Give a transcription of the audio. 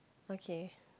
okay